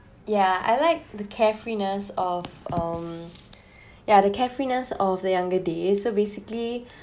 yeah I like the carefreeness of um yeah the carefreeness of the younger days so basically